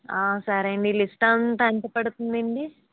సరే మీ లిస్ట్ అంతా ఎంత పడుతుంది అండి